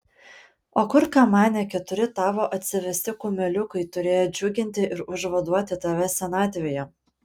o kur kamane keturi tavo atsivesti kumeliukai turėję džiuginti ir užvaduoti tave senatvėje